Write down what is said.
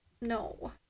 No